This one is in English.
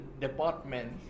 department